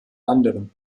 anderen